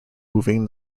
moving